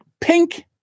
pink